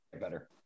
better